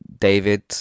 David